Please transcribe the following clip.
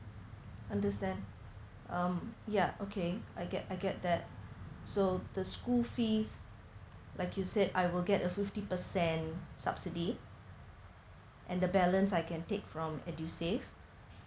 understand um ya okay I get I get that so the school fees like you said I will get a fifty percent subsidy and the balance I can take from edusave